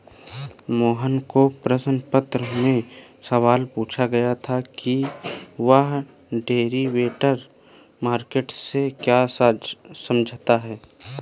मोहन को प्रश्न पत्र में सवाल पूछा गया था कि वह डेरिवेटिव मार्केट से क्या समझता है?